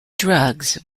drugs